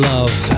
Love